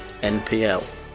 NPL